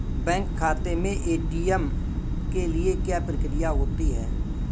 Bank खाते में ATM के लिए क्या प्रक्रिया होती है?